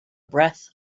breath